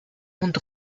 und